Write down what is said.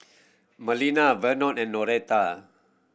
Melina Vernon and Noretta